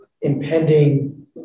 impending